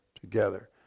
together